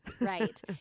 Right